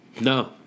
No